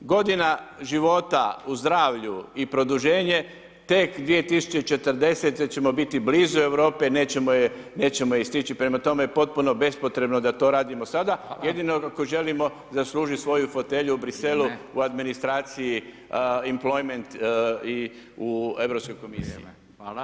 Godina života u zdravlju i produženje tek 2040. ćemo biti blizu Europe, nećemo je stići, prema tome, potpuno bespotrebno da to radimo sada, jedino ako želimo zaslužiti svoju fotelju u Bruxellesu u administraciji, employment i u Europskoj komisiji.